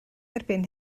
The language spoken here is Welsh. erbyn